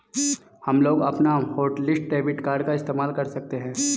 हमलोग अपना hotlist debit card का इस्तेमाल कर सकते हैं